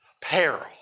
Peril